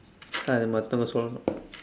அதே மத்தவங்க சொல்லனும்:athee maththavangka sollanum